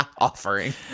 offering